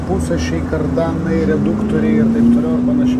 pusašiai kardanai reduktoriai taip toliau ir panašiai